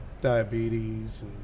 diabetes